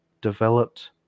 developed